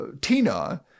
Tina